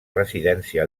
residència